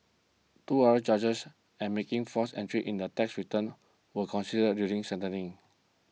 two other charges and making false entries in the tax returns were considered during sentencing